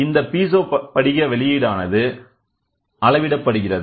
இந்த பீசோ படிக வெளியீடானதுஅளவிடப்படுகிறது